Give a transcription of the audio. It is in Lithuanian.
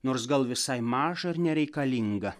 nors gal visai maža ir nereikalinga